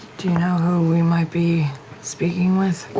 do you know who we might be speaking with?